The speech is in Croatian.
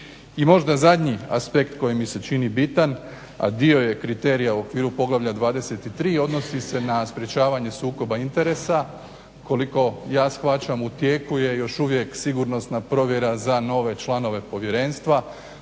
I možda zadnji aspekt koji mi se čini bitan a dio je kriterija u okviru poglavlja 23. odnosi se na sprečavanje sukoba interesa, koliko ja shvaćam u tijeku je još uvijek sigurnosna provjera za nove članove povjerenstva.